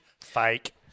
fake